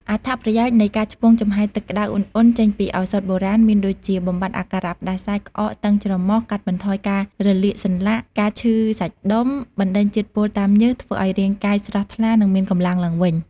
អត្ថប្រយោជន៍នៃការឆ្ពង់ចំហាយទឹកក្តៅឧណ្ឌៗចេញពីឱសថបុរាណ មានដូចជា បំបាត់អាការៈផ្តាសាយ ក្អក តឹងច្រមុះ កាត់បន្ថយការរលាកសន្លាក់ ការឈឺសាច់ដុំ បណ្តេញជាតិពុលតាមញើស ធ្វើឲ្យរាងកាយស្រស់ថ្លា និងមានកម្លាំងឡើងវិញ។